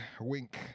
Wink